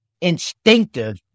instinctive